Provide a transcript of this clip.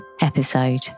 episode